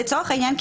לצורך העניין,